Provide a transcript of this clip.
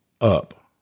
up